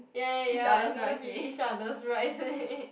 ya ya ya we gonna be each other's bridesmaid